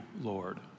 Lord